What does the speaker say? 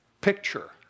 picture